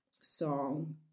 song